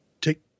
take